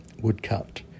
woodcut